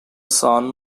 son